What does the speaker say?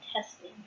testing